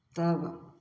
तब